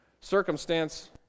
circumstance